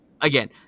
again